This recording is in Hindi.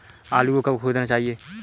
आलू को कब खोदना चाहिए?